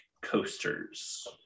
coasters